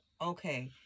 okay